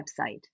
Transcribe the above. website